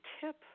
tip